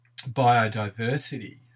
biodiversity